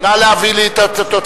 נא להביא לי את התוצאות.